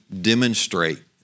demonstrate